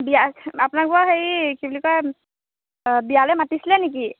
বিয়া আপোনাক বাৰু হেৰি কি বুলি কয় বিয়ালৈ মাতিছিলে নেকি